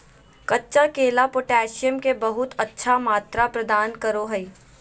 कच्चा केला पोटैशियम के बहुत अच्छा मात्रा प्रदान करो हइ